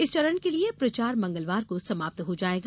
इस चरण के लिए प्रचार मंगलवार को समाप्त हो जाएगा